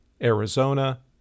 Arizona